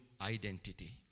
identity